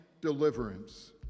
deliverance